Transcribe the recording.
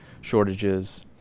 shortages